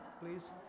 please